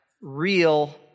real